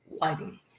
lighting